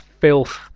filth